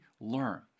learn